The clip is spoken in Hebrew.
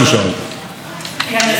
מה עם הדמוקרטיה הישראלית?